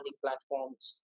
platforms